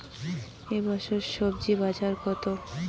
এ বছর স্বজি বাজার কত?